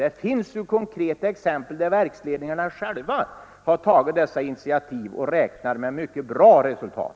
Det finns konkreta exempel på att verksledningarna själva har tagit sådana initiativ och räknar med mycket bra resultat.